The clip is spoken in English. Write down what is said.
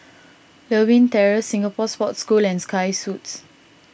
Lewin Terrace Singapore Sports School and Sky Suites